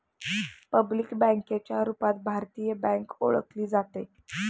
public बँकेच्या रूपात भारतीय बँक ओळखली जाते